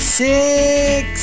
six